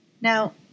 Now